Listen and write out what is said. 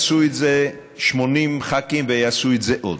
עשו את זה 90 ח"כים ויעשו את זה עוד.